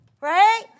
right